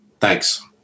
Thanks